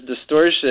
distortion